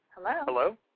Hello